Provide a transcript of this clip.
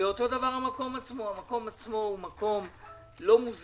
ואותו דבר המקום עצמו מקום לא מוסדר,